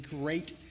great